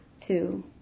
Two